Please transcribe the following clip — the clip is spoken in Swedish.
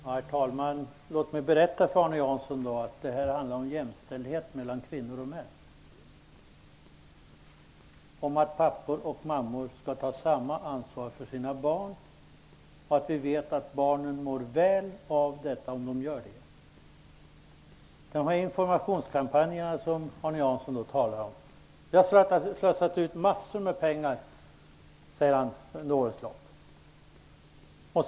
Herr talman! Låt mig då berätta för Arne Jansson att det här handlar om jämställdhet mellan kvinnor och män, om att pappor och mammor skall ta samma ansvar för sina barn och om att vi vet att barnen mår väl av att de gör det. Informationskampanjer talade Arne Jansson om. Vi har slösat bort massor med pengar på det under årens lopp, sade han.